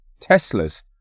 Teslas